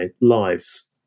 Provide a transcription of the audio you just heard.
lives